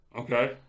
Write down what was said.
Okay